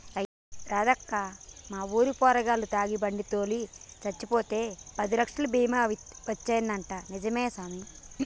అయ్యా రాదక్కా మన ఊరు పోరగాల్లు తాగి బండి తోలి సచ్చిపోతే పదిలచ్చలు బీమా వచ్చిందంటా నిజమే సామి